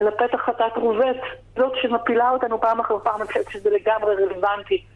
לפתח חטאת רובץ, זאת שמפילה אותנו פעם אחר פעם, אני חושבת שזה לגמרי רלוונטי.